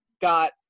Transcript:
got